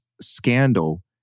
scandal